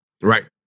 Right